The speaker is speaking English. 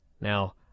Now